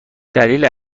دلیل